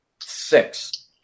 six